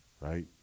Right